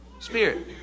Spirit